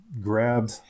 grabbed